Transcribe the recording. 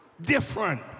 different